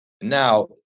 Now